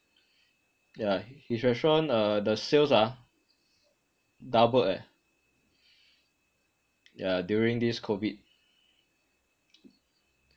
yah his restaurant uh the sales ah doubled leh yah during this COVID